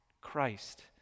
christ